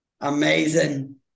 Amazing